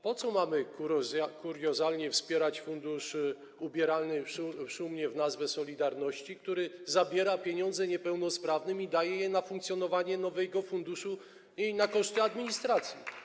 Po co mamy wspierać kuriozalny fundusz, ubierany szumnie w nazwę solidarności, który zabiera pieniądze niepełnosprawnym i daje je na funkcjonowanie nowego funduszu i na koszty administracji?